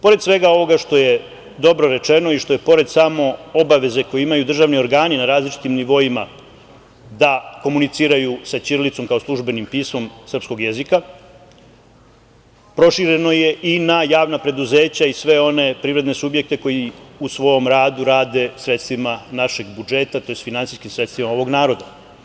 Pored svega ovoga što je dobro rečeno i što je pored samo obaveze koje imaju državni organi na različitim nivoima da komuniciraju ćirilicom, kao službenim pismom srpskog jezika, prošireno je i na javna preduzeća i sve one privredne subjekte koji u svom radu rade sredstvima našeg budžeta, tj. finansijskim sredstvima ovog naroda.